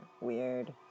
Weird